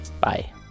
Bye